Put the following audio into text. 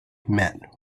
met